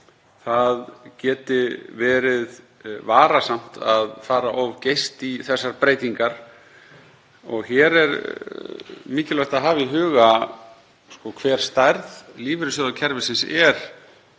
geti verið að fara of geyst í þessar breytingar. Hér er mikilvægt að hafa í huga hver stærð lífeyrissjóðakerfisins er